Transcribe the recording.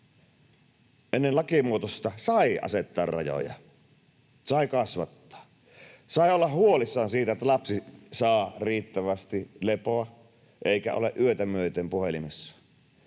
Ennen lakimuutosta sai asettaa rajoja, sai kasvattaa, sai olla huolissaan siitä, että lapsi saa riittävästi lepoa eikä ole yötä myöten puhelimessa